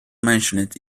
mentioned